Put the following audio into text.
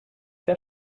der